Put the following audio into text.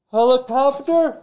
Helicopter